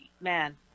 Man